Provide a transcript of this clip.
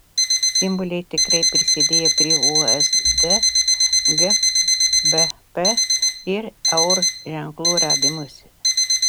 simboliai tikrai prisidėjo prie usd gbp ir eur ženklų radimosi